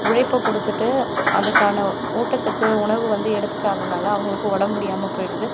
உழைப்பை கொடுத்துட்டு அதற்கான ஊட்டச்சத்து உணவு வந்து எடுத்துக்காதனால் அவர்களுக்கு உடம்பு முடியாமல் போய்டுது